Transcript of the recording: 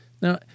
Now